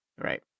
Right